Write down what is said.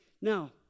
Now